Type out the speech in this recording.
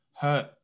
hurt